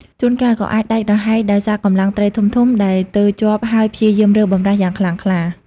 ជួនកាលក៏អាចដាច់រហែកដោយសារកម្លាំងត្រីធំៗ ដែលទើរជាប់ហើយព្យាយាមរើបម្រាស់យ៉ាងខ្លាំងក្លា។